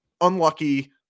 Unlucky